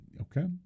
Okay